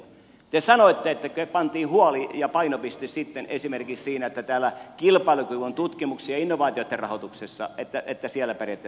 te sanoitte että pantiin huoli ja painopiste sitten esimerkiksi siihen että täällä kilpailukyvyn tutkimuksen ja innovaatioitten rahoituksessa pärjättäisiin hyvin